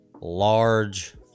large